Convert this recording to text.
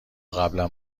قبلا